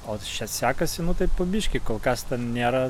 o čia sekasi nu taip biškį kol kas ten nėra